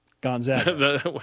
Gonzaga